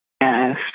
Yes